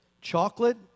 chocolate